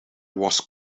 was